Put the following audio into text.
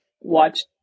watch